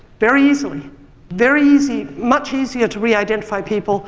very easily very easy, much easier to reidentify people